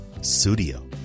Studio